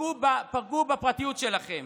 פגעו בפרטיות שלכם.